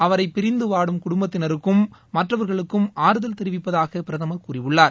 அவரை பிரிந்து வாடும் குடும்பத்தினருக்கும் மற்றவர்களுக்கும் ஆறுதல் தெரிவிப்பதாக பிரதமர் கூறியுள்ளார்